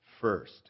first